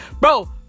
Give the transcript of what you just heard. Bro